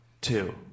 two